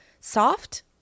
soft